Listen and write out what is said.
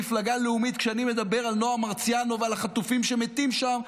מפלגה לאומית, כשאני מדבר על נועה מרציאנו ועל החטופים שמתים שם,